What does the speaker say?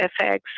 FX